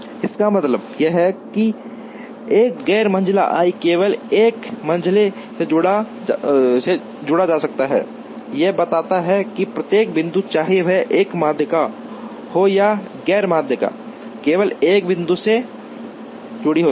इसका मतलब यह है कि एक गैर मंझला i केवल एक मंझले से जुड़ा जा सकता है यह बताता है कि प्रत्येक बिंदु चाहे वह एक मध्यिका हो या गैर मध्यिका केवल एक बिंदु से जुड़ी है